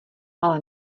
ale